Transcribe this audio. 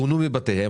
פונו מבתיהם.